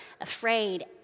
afraid